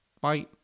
bye